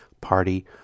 party